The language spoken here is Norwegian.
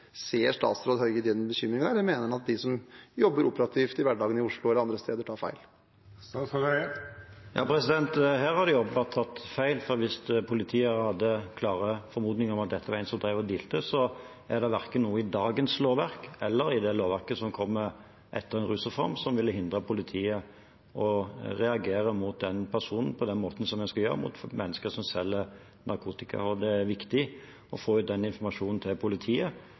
Ser statsråd Høie den bekymringen, eller mener han at de som jobber operativt i hverdagen i Oslo eller andre steder, tar feil? Her har de åpenbart tatt feil, for hvis politiet hadde klare formodninger om at dette var en som drev og dealet, er det verken noe i dagens lovverk eller i det lovverket som kommer etter en rusreform, som vil hindre politiet i å reagere mot den personen på den måten en skal gjøre mot mennesker som selger narkotika. Det er viktig å få ut den informasjonen til politiet